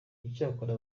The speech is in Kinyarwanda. icyakora